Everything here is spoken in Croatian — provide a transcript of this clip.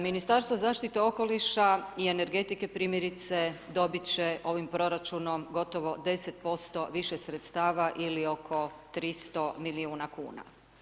Ministarstvo zaštite okoliša i energetike, primjerice, dobiti će ovim proračunom gotovo 10% više sredstava ili oko 300 milijuna kn.